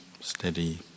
steady